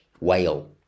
whale